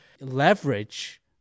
leverage